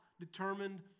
determined